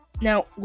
Now